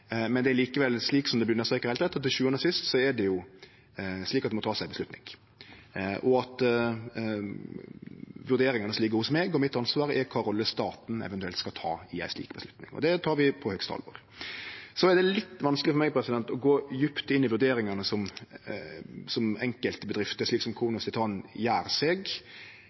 Det er likevel, som det vert understreka, heilt rett at til sjuande og sist må det takast ei avgjerd, og at vurderingane ligg hos meg, og mitt ansvar er kva rolle staten eventuelt skal ta i ei slik avgjerd. Det tek vi på høgste alvor. Det er litt vanskeleg for meg å gå djupt inn i vurderingane som enkeltbedrifter som Kronos Titan gjer seg. Men det som